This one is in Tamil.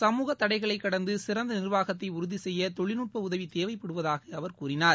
சமூக தடைகளை கடந்து சிறந்த நீர்வாகத்தை உறுதி செய்ய தொழில்நுட்ப உதவி தேவைப்படுவதாக அவர் கூறினார்